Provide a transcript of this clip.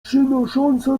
przynosząca